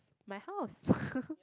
my house